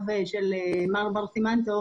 כשמר בר סימן טוב